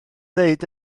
ddweud